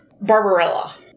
Barbarella